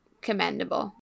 commendable